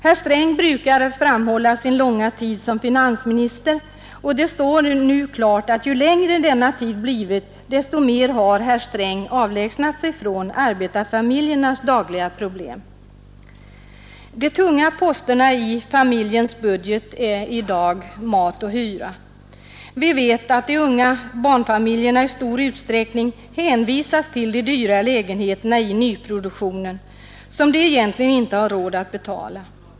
Herr Sträng brukar framhålla sin långa tid som finansminister. Det står nu klart att ju längre denna tid blivit, desto mer har herr Sträng avlägsnat sig från arbetarfamiljernas dagliga problem. De tunga posterna i familjens budget är i dag mat och hyra. Vi vet att de unga barnfamiljerna i stor utsträckning hänvisas till de dyra lägenheterna i nyproduktionen, som de egentligen inte har råd att betala.